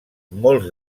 molts